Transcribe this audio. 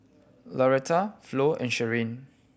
Lauretta Flo and Sherlyn